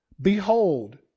Behold